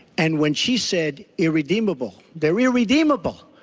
and when she said irredeemable, they're irredeemable!